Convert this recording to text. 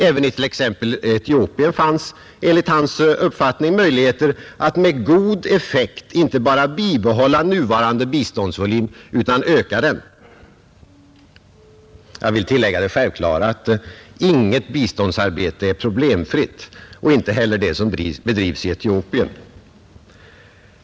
Även it.ex. Etiopien fanns enligt hans uppfattning möjligheter att med god effekt inte bara bibehålla nuvarande biståndsvolym utan öka den. Jag vill tillägga det självklara att inget biståndsarbete är problemfritt, inte heller det som bedrivs i Etiopien.